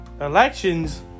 elections